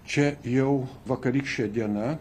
čia jau vakarykštė diena